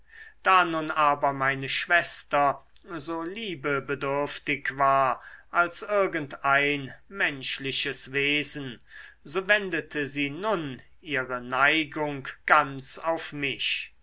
da nun aber meine schwester so liebebedürftig war als irgend ein menschliches wesen so wendete sie nun ihre neigung ganz auf mich